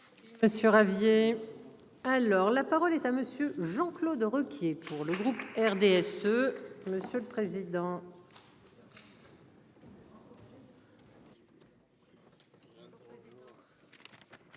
sur aviez. Alors la parole est à monsieur Jean-Claude Requier pour le groupe RDSE. Monsieur le Président.